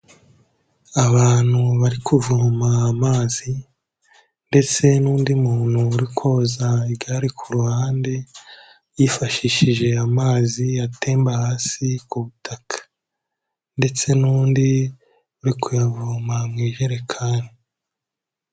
Abantu bari kuvoma amazi ndetse n'undi muntu uri koza igare ku ruhande yifashishije amazi atemba hasi ku butaka ndetse n'undi uri kuyavoma mu ijerekani.